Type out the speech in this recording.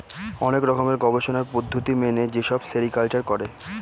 অনেক রকমের গবেষণার পদ্ধতি মেনে যেসব সেরিকালচার করে